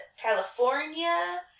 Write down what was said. California